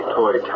toy